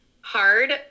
hard